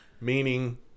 Meaning